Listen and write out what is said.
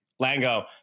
Lango